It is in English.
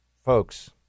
Folks